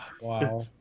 Wow